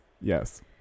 yes